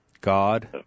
God